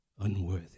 unworthy